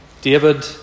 David